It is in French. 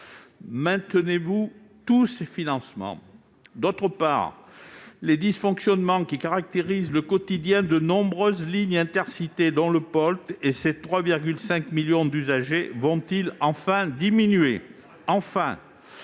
maintenez-vous tous ces financements ? Par ailleurs, les dysfonctionnements qui caractérisent le quotidien de nombreuses lignes Intercités, dont le POLT et ses 3,5 millions d'usagers, vont-ils enfin diminuer ? Enfin,